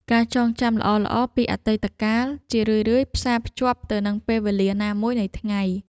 ការចងចាំល្អៗពីអតីតកាល ជារឿយៗផ្សារភ្ជាប់ទៅនឹងពេលវេលាណាមួយនៃថ្ងៃ។